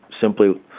simply